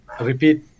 repeat